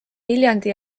viljandi